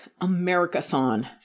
Americathon